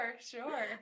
Sure